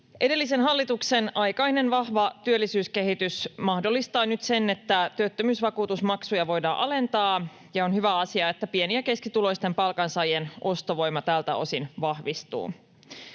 Edellisen hallituksen aikainen vahva työllisyyskehitys mahdollistaa nyt sen, että työttömyysvakuutusmaksuja voidaan alentaa, ja on hyvä asia, että pieni- ja keskituloisten palkansaajien ostovoima tältä osin vahvistuu.